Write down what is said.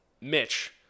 Mitch